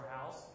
house